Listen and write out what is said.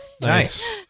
Nice